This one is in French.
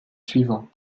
suivants